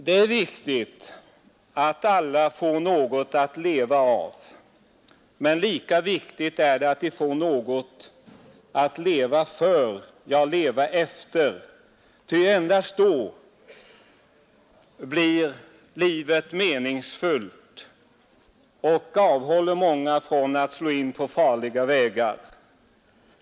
Det är viktigt att alla får något att leva av, men lika viktigt är att de får något att leva för, ja leva efter, ty endast då blir livet meningsfyllt och avhåller många från att slå in på farliga vägar.